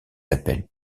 appels